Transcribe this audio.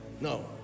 no